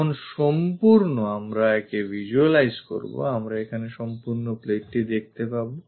যখন সম্পূর্ণ আমরা একে visualize করবো আমরা এখানে সম্পূর্ণ plateটি দেখতে পাবো